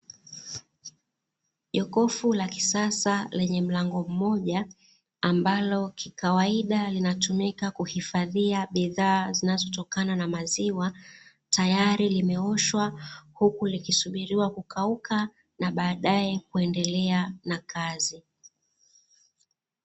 Jokofu la kisasa lenye mlango mmoja ambalo kikawaida linatumika kuhifadhia bidhaa zinazotokana na maziwa, tayari limeoshwa huku likisubiriwa kukauka na badae kuendelea na kazi.